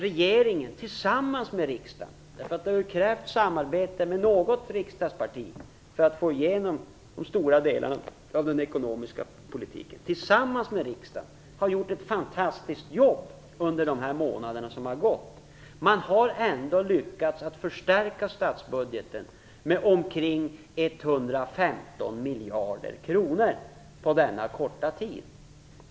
Regeringen har tillsammans med riksdagen - det har ju krävts samarbete med något riksdagsparti för att få igenom de stora delarna av den ekonomiska politiken - gjort ett fantastiskt jobb under de månader som har gått. Man har under denna korta tid ändå lyckats att förstärka statsbudgeten med ca 115 miljarder kronor.